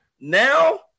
now